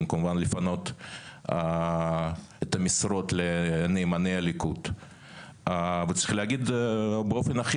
כמובן לפנות את המשרות לנאמני ליכוד וצריך להגיד את זה באופן הכי